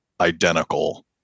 identical